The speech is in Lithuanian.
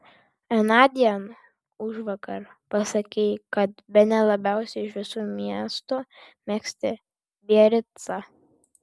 anądien užvakar pasakei kad bene labiausiai iš visų miestų mėgsti biaricą